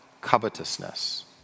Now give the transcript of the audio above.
covetousness